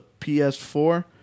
PS4